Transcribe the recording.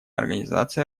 организация